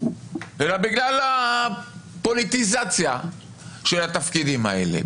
אלא בגלל הפוליטיזציה של התפקידים האלה.